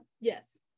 yes